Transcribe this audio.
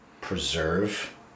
preserve